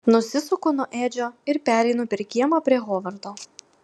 nusisuku nuo edžio ir pereinu per kiemą prie hovardo